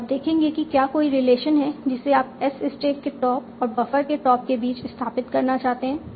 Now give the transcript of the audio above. और आप देखेंगे कि क्या कोई रिलेशन है जिसे आप S स्टैक के टॉप और बफर के टॉप के बीच स्थापित करना चाहते हैं